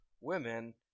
women